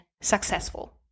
successful